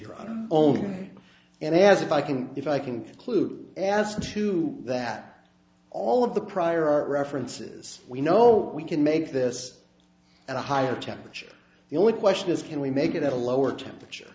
your own and as if i can if i can conclude as to that all of the prior art references we know we can make this and a higher temperature the only question is can we make it at a lower temperature